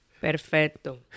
Perfecto